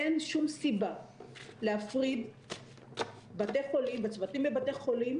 אין שום סיבה להפריד בתי חולים וצוותים בבתי חולים